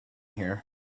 here